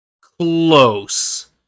close